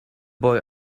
boy